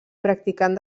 practicant